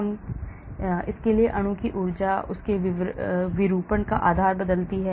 हम देख सकते हैं कि कैसे अणु की ऊर्जा उनके विरूपण के आधार पर बदलती है